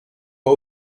pas